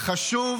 חשוב.